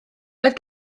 oedd